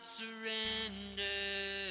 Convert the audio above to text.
surrender